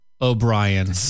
O'Brien